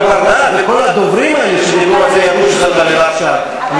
כל בר-דעת וכל הדוברים האלה שדיברו על זה ידעו שזאת עלילת שווא.